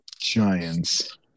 Giants